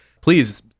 please